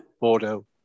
Bordeaux